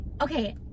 Okay